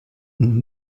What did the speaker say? und